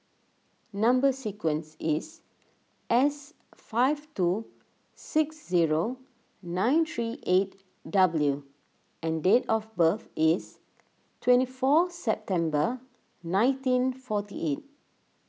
Number Sequence is S five two six zero nine three eight W and date of birth is twenty four September nineteen forty eight